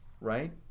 Right